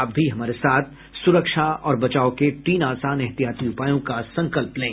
आप भी हमारे साथ सुरक्षा और बचाव के तीन आसान एहतियाती उपायों का संकल्प लें